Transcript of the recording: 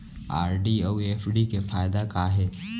RD अऊ FD के फायेदा का हे?